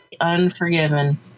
Unforgiven